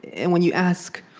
and when you ask,